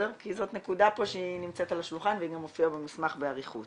כי זאת נקודה שנמצאת על השולחן והיא גם הופיעה במסמך באריכות.